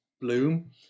bloom